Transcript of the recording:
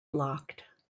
blocked